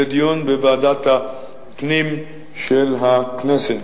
לדיון בוועדת הפנים של הכנסת.